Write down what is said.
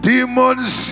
Demons